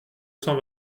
cent